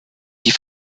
die